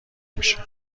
میشه